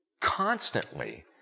constantly